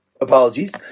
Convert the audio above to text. Apologies